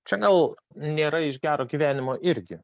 čia gal nėra iš gero gyvenimo irgi